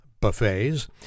buffets